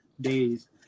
days